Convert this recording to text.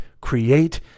create